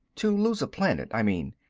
to lose a planet, i mean.